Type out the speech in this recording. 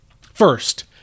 First